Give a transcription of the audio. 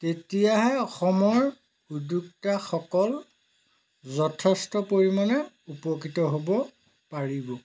তেতিয়াহে অসমৰ উদ্যোক্তাসকল যথেষ্ট পৰিমানে উপকৃত হ'ব পাৰিব